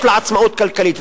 יש לה עצמאות כלכלית.